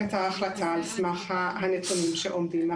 את ההחלטה על סמך הנתונים שעומדים מאחוריה.